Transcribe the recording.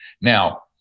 Now